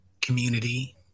community